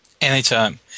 Anytime